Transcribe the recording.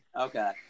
Okay